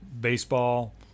Baseball